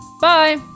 bye